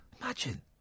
Imagine